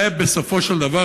בסופו של דבר,